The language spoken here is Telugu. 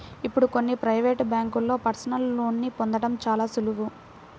ఇప్పుడు కొన్ని ప్రవేటు బ్యేంకుల్లో పర్సనల్ లోన్ని పొందడం చాలా సులువు